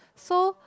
so